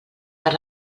per